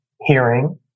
hearing